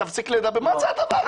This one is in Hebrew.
תפסיק לדבר מה זה הדבר הזה?